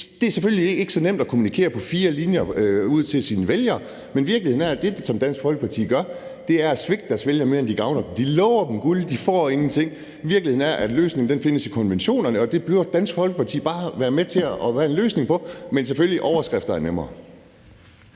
Det er selvfølgelig ikke så nemt at kommunikere på fire linjer ud til sine vælgere, men virkeligheden er, at det, som Dansk Folkeparti gør, er at svigte deres vælgere mere, end de gavner dem. De lover dem guld, men de får ingenting. Virkeligheden er, at løsningen findes i konventionerne, og det behøver Dansk Folkeparti bare at være med til at finde en løsning på. Men selvfølgelig er overskrifter nemmere.